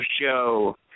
Show